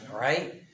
Right